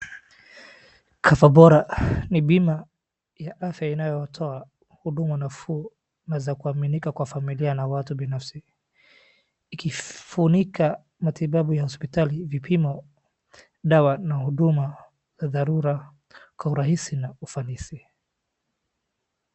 COVERBORA ni bima ya afya inayotoa huduma nafuu na za kuaminika kwa familia na watu binafsi. Ikifunika matibabu ya hospitali, vipimo, dawa na huduma za dharura kwa urahisi na ufanisi.